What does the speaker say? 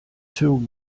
two